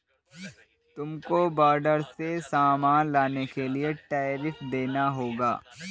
तुमको बॉर्डर से सामान लाने के लिए टैरिफ देना होगा